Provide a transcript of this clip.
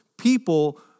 people